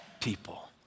people